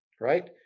right